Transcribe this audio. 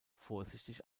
vorsichtig